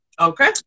okay